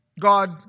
God